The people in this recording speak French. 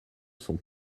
sont